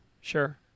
sure